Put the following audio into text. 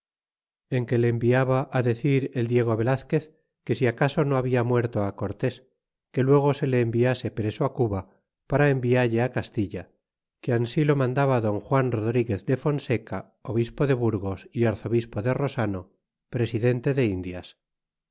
en que le enviaba á decir el diego velazquez que si acaso no habla muerto cortés que lue go se le enviase preso cuba para envialle castilla que ansi lo mandaba don juan rodriguez de fonseca obispo de burgos y arzobispo de rosano presidente de indias